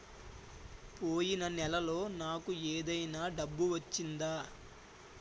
పోయిన నెలలో నాకు ఏదైనా డబ్బు వచ్చిందా?